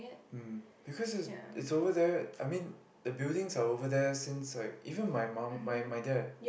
um because it's it's over there I mean the buildings are over there since like even my mom my my dad